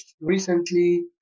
recently